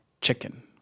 chicken